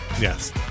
Yes